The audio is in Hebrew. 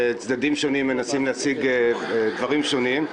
וצדדים שונים מנסים להשיג דברים שונים,